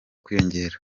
kwiyongera